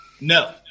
No